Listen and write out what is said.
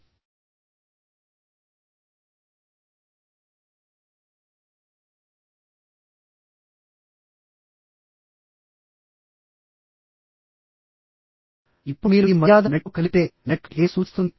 ఇప్పుడు మీరు ఈ మర్యాదను నెట్ తో కలిపితే నెట్క్వెట్ ఏమి సూచిస్తుంది